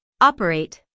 operate